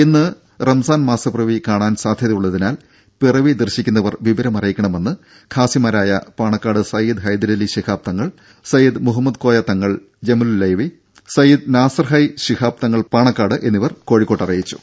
ഇന്ന് റമദാൻ മാസപ്പിറവി കാണാൻ സാധ്യതയുള്ളതിനാൽ പിറവി ദർശിക്കുന്നവർ വിവരമറിയിക്കണമെന്ന് ഖാസിമാരായ പാണക്കാട് സയ്യിദ് ഹൈദരലി ശിഹാബ് തങ്ങൾ സയ്യിദ് മുഹമ്മദ് കോയ തങ്ങൾ ജമലുല്ലൈലി സയ്യിദ് നാസർ ഹയ്യ് ശിഹാബ് തങ്ങൾ പാണക്കാട് എന്നിവർ കോഴിക്കോട്ട് അറിയിച്ചു